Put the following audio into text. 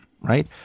right